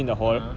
ah